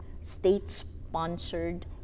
state-sponsored